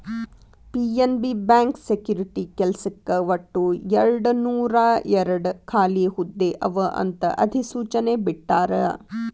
PNB bank security ಕೆಲ್ಸಕ್ಕ ಒಟ್ಟು ಎರಡನೂರಾಯೇರಡ್ ಖಾಲಿ ಹುದ್ದೆ ಅವ ಅಂತ ಅಧಿಸೂಚನೆ ಬಿಟ್ಟಾರ